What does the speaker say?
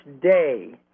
day